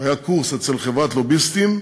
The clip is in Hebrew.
היה קורס אצל חברת לוביסטים,